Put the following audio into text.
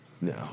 No